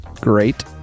great